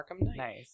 nice